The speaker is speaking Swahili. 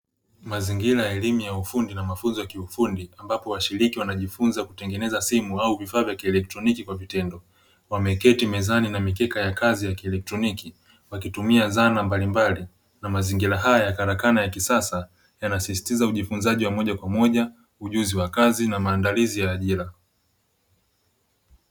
Mazingira ya elimu ya ufundi na mafunzo ya kiufundi ambapo washiriki wanajifunza kutengeneza simu au vifaa vya kielektroniki kwa vitendo. Wameketi mezani na mikeka ya kazi ya kielektroniki wakitumia zana mbalimbali na mazingira haya ya karakana ya kisasa yanasisitiza ujifunzaji wa moja kwa moja, ujuzi wa kazi na maandalizi ya ajira.